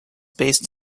based